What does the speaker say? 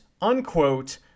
unquote